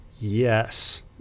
Yes